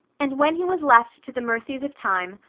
and when he was left to the mercies of time,